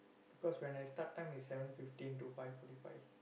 because when I start time is seven fifteen to five forty five